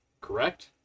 Correct